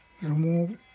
remove